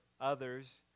others